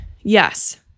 yes